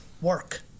Work